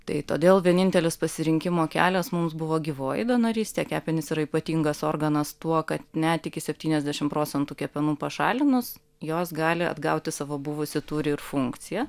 tai todėl vienintelis pasirinkimo kelias mums buvo gyvoji donorystė kepenys yra ypatingas organas tuo kad net iki septyniasdešim procentų kepenų pašalinus jos gali atgauti savo buvusį tūrį ir funkciją